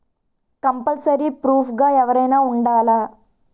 Compulsory proof గా ఎవరైనా ఉండాలా?